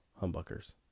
humbuckers